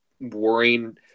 worrying